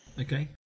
Okay